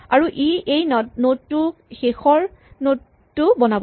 আৰু ই এই নড টোক শেষৰ নড টো বনাব